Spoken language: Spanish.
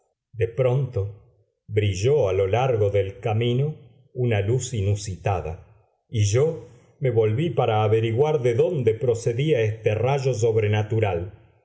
de pronto brilló a lo largo del camino una luz inusitada y yo me volví para averiguar de dónde procedía este rayo sobrenatural